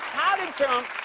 how did trump